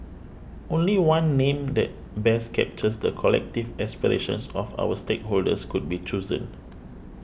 only one name that best captures the collective aspirations of our stakeholders could be chosen